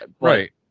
right